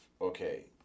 okay